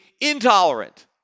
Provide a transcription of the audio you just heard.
intolerant